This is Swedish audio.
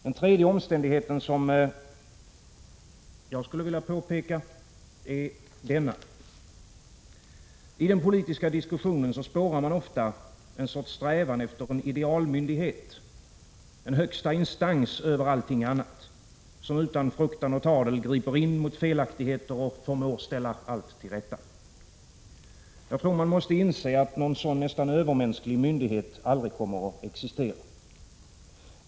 Den tredje omständighet som jag skulle vilja peka på är denna: I den politiska diskussionen spårar man ofta en sorts strävan efter en idealmyndighet, en högsta instans över allt annat, som utan fruktan och tadel griper in mot felaktigheter och förmår ställa allt till rätta. Jag tror man måste inse att någon sådan nästan övermänsklig myndighet aldrig kommer att existera.